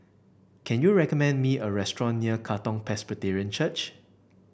can you recommend me a restaurant near Katong Presbyterian Church